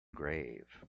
grave